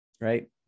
right